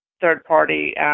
third-party